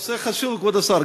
הנושא חשוב, כבוד השר.